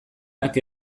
hark